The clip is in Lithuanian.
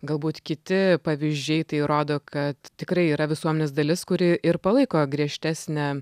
galbūt kiti pavyzdžiai tai rodo kad tikrai yra visuomenės dalis kuri ir palaiko griežtesnę